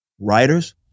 writers